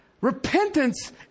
repentance